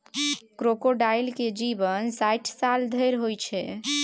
crocodile केर जीबन साठि साल धरि होइ छै